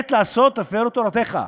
עת לעשות, הפרו תורתך.